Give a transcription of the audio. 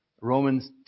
Romans